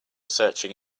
searching